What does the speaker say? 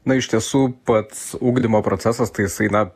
na iš tiesų pats ugdymo procesas tai jisai na